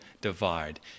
divide